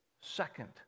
second